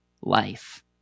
life